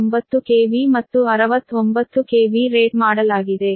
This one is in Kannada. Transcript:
9 KV ಮತ್ತು 69 KV ರೇಟ್ ಮಾಡಲಾಗಿದೆ